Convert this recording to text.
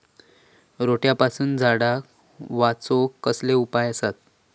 रोट्यापासून झाडाक वाचौक कसले उपाय आसत?